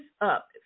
up